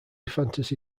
fantasy